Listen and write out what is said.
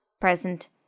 present